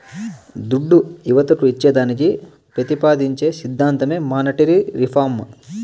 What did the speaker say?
దుడ్డు యువతకు ఇచ్చేదానికి పెతిపాదించే సిద్ధాంతమే మానీటరీ రిఫార్మ్